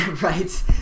right